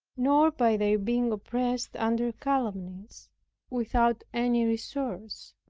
nor by their being oppressed under calumnies without any resource.